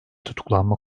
tutuklanma